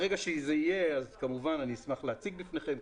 ברגע שזה יהיה, אני אשמח להציג בפניכם.